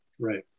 Right